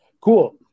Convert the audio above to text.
cool